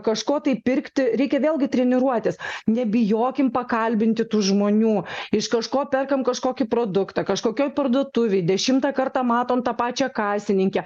kažko tai pirkti reikia vėlgi treniruotis nebijokim pakalbinti tų žmonių iš kažko perkam kažkokį produktą kažkokioj parduotuvėj dešimtą kartą matom tą pačią kasininkę